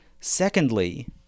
Secondly